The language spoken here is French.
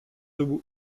debout